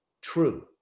true